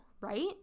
right